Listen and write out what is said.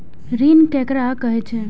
ऋण ककरा कहे छै?